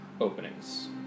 openings